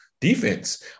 defense